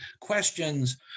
questions